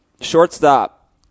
Shortstop